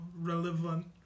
relevant